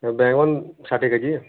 ବାଇଗଣ ଷାଠିଏ କେଜି